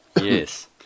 Yes